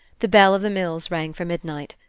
the bell of the mills rang for midnight.